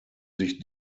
sich